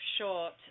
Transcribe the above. short